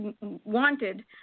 wanted